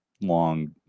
long